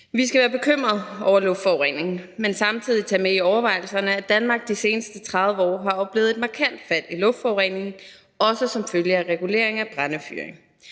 Vi skal være bekymrede over luftforureningen, men samtidig tage med i overvejelserne, at Danmark de seneste 30 år har oplevet et markant fald i luftforureningen, også som følge af regulering af brændefyring.